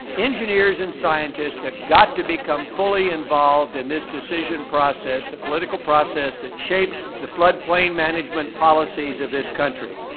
engineers and scientists have got to become fully involved in this decision process, the political process that shapes the flood plain management policies of this country.